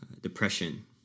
depression